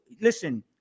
listen